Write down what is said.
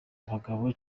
abagabo